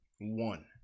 One